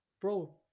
Bro